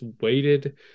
waited